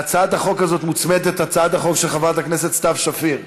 להצעת החוק הזאת מוצמדת הצעת החוק של חברת הכנסת סתיו שפיר.